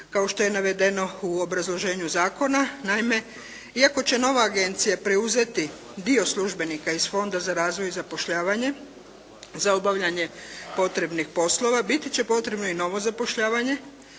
kao što je navedeno u obrazloženju zakona. Naime, iako će nova agencija preuzeti dio službenika iz Fonda za razvoj i zapošljavanje, za obavljanje potrebnih poslova, biti će potrebno i novo zapošljavanje